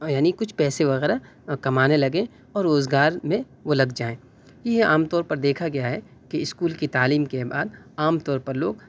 یعنی کچھ پیسے وغیرہ کمانے لگیں اور روزگار میں وہ لگ جائیں یہ عام طور پر دیکھا گیا ہے کہ اسکول کی تعلیم کے بعد عام طور پر لوگ